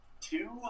Two